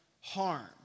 harm